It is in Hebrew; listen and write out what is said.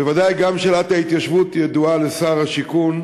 בוודאי גם שאלת ההתיישבות ידועה לשר השיכון.